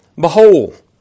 behold